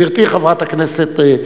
גברתי חברת הכנסת,